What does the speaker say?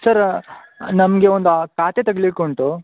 ಸರ ನಮಗೆ ಒಂದು ಖಾತೆ ತೆಗಿಲಿಕ್ಕೆ ಉಂಟು